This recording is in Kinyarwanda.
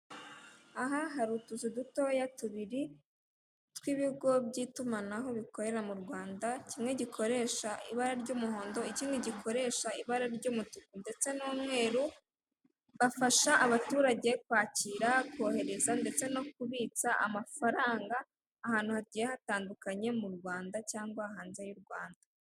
Aha hari utuzu dutoya tubiri tw'ibigo by'itumanaho bikorera mu Rwanda, kimwe gikoresha ibara ry'umuhondo ikindi gikoresha ibara ry'umuruku ndetse n'umweru, bafasha abaturage kwakira, kohereza ndetse no kubitsa amafaranga ahantu hagiye hatandukanye mu Rwanda cyangwa hanze y'u Rwanda.